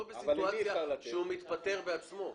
לא בסיטואציה שהוא מתפטר בעצמו.